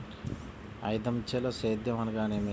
ఐదంచెల సేద్యం అనగా నేమి?